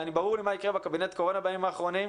ברור לי מה יקרה בקבינט הקורונה בימים האחרונים,